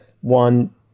one